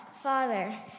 Father